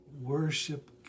worship